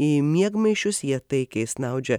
į miegmaišius jie taikiai snaudžia